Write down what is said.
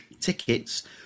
tickets